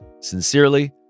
sincerely